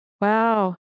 Wow